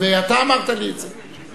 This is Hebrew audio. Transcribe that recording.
ואתה אמרת לי את זה.